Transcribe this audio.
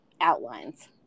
outlines